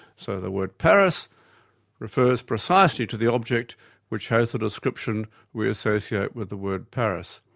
so the word paris refers precisely to the object which has the description we associate with the word paris.